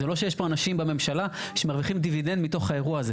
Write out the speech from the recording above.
זה לא שיש פה אנשים בממשלה שמרוויחים דיבידנד מתוך האירוע הזה.